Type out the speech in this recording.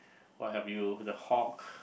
what have you the Hulk